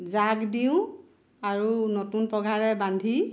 জাক দিওঁ আৰু নতুন পঘাৰে বান্ধি